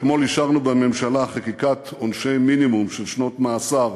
אתמול אישרנו בממשלה חקיקת עונשי מינימום של שנות מאסר